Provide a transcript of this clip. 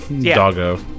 doggo